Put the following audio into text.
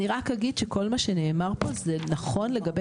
אני רק אגיד שכל מה שנאמר פה זה נכון לגבי